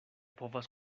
povas